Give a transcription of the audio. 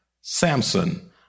Samson